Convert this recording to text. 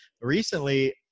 recently